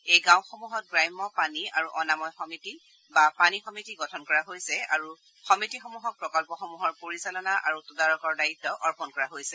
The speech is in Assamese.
এই গাঁওসমূহত গ্ৰাম্য পানী আৰু অনাময় সমিতি বা পানী সমিতি গঠন কৰা হৈছে আৰু সমিতিসমূহক প্ৰকল্পসমূহৰ পৰিচালনা আৰু তদাৰকৰ দ্বায়িত্ব আৰ্পন কৰা হৈছে